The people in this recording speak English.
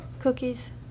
Cookies